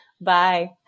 Bye